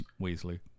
Weasley